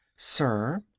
sir,